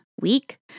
week